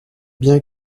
bien